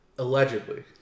Allegedly